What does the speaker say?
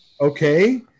Okay